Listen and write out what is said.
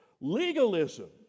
legalism